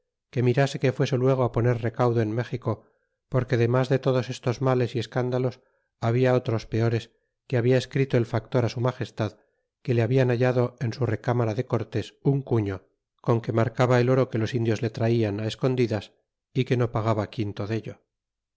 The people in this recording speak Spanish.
que mirase que fuese luego poner recaudo en méxico porque demas de todos estos males y escándalos habia otros peores que habia escrito el factor su magestad que le hablan hallado en su recámara de cortés un curio con que marcaba el oro que los indios le traian escondidas é que no pagaba quinto dello